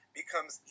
becomes